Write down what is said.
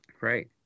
Right